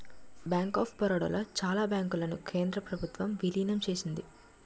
bank of Baroda లో చాలా బ్యాంకులను కేంద్ర ప్రభుత్వం విలీనం చేసింది